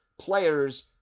players